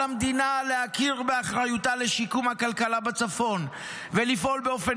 על המדינה להכיר באחריותה לשיקום הכלכלה בצפון ולפעול באופן